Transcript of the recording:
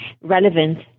relevant